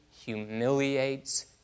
humiliates